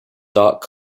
dark